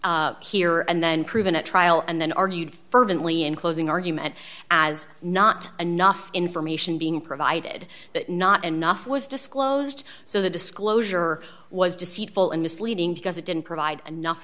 charged here and then proven at trial and then argued fervently in closing argument as not enough information being provided that not enough was disclosed so the disclosure was deceitful and misleading because it didn't provide enough